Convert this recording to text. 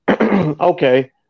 Okay